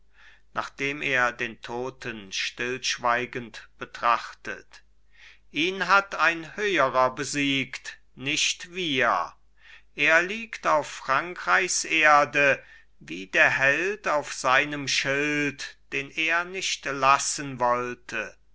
nachdem er den toten stillschweigend betrachtet ihn hat ein höherer besiegt nicht wir er liegt auf frankreichs erde wie der held auf seinem schild den er nicht lassen wollte